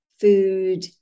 food